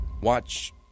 watch